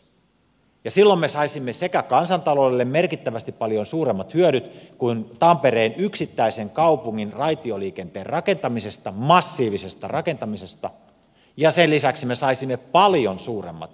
silloin me saisimme kansantaloudelle merkittävästi paljon suuremmat hyödyt kuin tampereen yksittäisen kaupungin raitioliikenteen massiivisesta rakentamisesta ja sen lisäksi me saisimme paljon suuremmat ympäristöhyödyt aikaiseksi